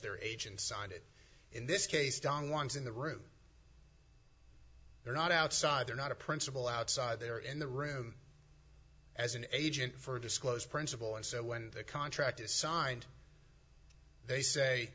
their agents signed it in this case don juans in the room they're not outside they're not a principal outside they're in the room as an agent for disclosed principle and so when the contract is signed they say